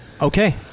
okay